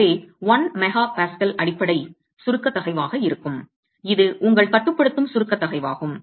எனவே 1 MPa அடிப்படை சுருக்க தகைவாக இருக்கும் இது உங்கள் கட்டுப்படுத்தும் சுருக்க தகைவாகும்